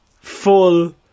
full